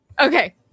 Okay